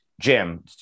jim